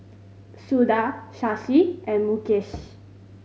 Suda Shashi and Mukesh